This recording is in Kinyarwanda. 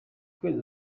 kwezi